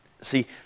See